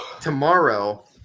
tomorrow